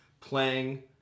playing